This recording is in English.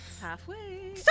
Halfway